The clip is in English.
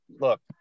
look